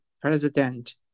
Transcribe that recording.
president